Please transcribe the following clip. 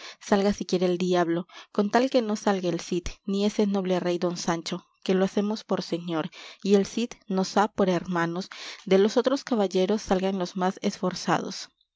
salga siquiera el diablo con tal que no salga el cid ni ese noble rey don sancho que lo habemos por señor y el cid nos ha por hermanos de los otros caballeros salgan los más esforzados